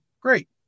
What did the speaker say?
great